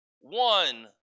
one